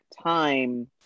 time